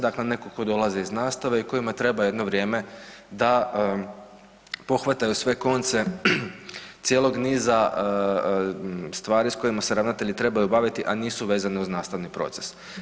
Dakle, netko tko dolazi iz nastave i kojima treba jedno vrijeme da pohvataju sve konce cijelog niza stvari sa kojima se ravnatelji trebaju baviti a nisu vezane uz nastavni proces.